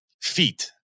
feet